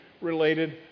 related